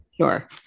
Sure